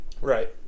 Right